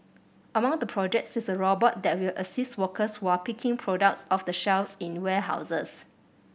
among the projects is a robot that will assist workers were are picking products off the shelves in warehouses